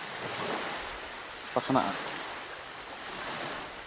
ᱯᱟᱥᱱᱟᱜᱼᱟ